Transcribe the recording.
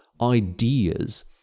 ideas